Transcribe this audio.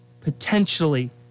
potentially